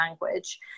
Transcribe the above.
language